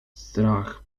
strach